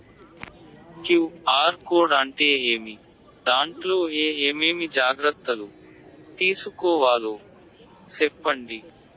QR code అంటే ఏమి? దాంట్లో ఏ ఏమేమి జాగ్రత్తలు తీసుకోవాలో సెప్పండి?